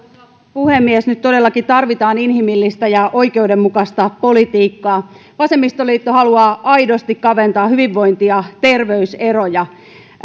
puhemies nyt todellakin tarvitaan inhimillistä ja oikeudenmukaista politiikkaa vasemmistoliitto haluaa aidosti kaventaa hyvinvointi ja terveyseroja